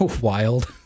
wild